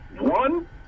One